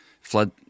flood